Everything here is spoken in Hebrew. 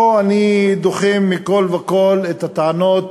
פה אני דוחה מכול וכול את הטענות,